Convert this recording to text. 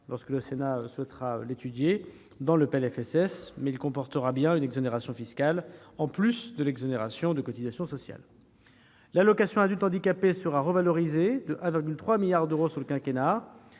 lorsque le Sénat souhaitera l'examiner, dans le PLFSS, mais il comportera bien une exonération fiscale en plus de l'exonération de cotisations sociales. L'allocation aux adultes handicapés sera revalorisée de 1,3 milliard d'euros sur le quinquennat